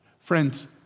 Friends